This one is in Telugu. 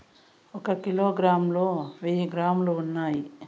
ఒక కిలోగ్రామ్ లో వెయ్యి గ్రాములు ఉన్నాయి